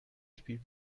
spielt